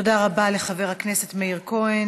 תודה רבה לחבר הכנסת מאיר כהן.